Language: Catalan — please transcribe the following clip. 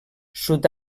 sud